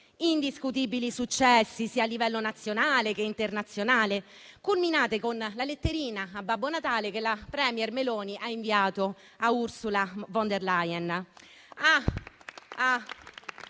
indiscutibili successi, sia a livello nazionale che internazionale, culminate con la letterina a Babbo Natale che la *premier* Meloni ha inviato a Ursula von der Leyen.